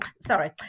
sorry